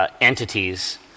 Entities